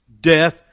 death